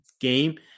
game